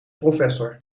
professor